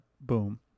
boom